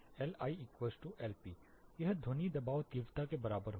LILp यह ध्वनि दबाव तीव्रता के बराबर होगा